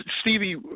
Stevie